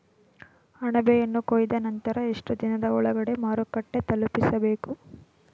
ಅಣಬೆಯನ್ನು ಕೊಯ್ದ ನಂತರ ಎಷ್ಟುದಿನದ ಒಳಗಡೆ ಮಾರುಕಟ್ಟೆ ತಲುಪಿಸಬೇಕು?